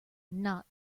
not